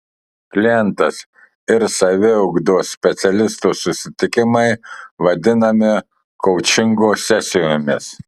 klientas ir saviugdos specialisto susitikimai vadinami koučingo sesijomis